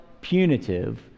punitive